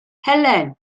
helen